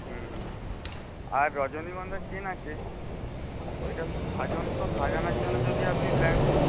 হুম আর রজনীগন্ধার চেন আছে ওইটা তো সাজন্ত সাজানোর জন্য আপনি নেন তো